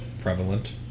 prevalent